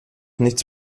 nichts